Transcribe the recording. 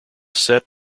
set